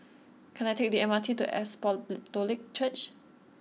can I take the M R T to Apostolic Church